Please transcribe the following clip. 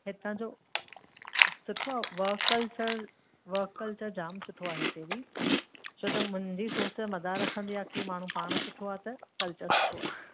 हितां जो सुठो आहे वर्क कल्चर वर्क कल्चर जाम सुठो आहे हिते बि छो त मुंहिंजी सोच मदारु रखंदी आहे कि माण्हूं पाण सुठो आहे त कल्चर सुठो आहे